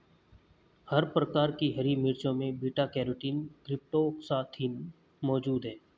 हर प्रकार की हरी मिर्चों में बीटा कैरोटीन क्रीप्टोक्सान्थिन मौजूद हैं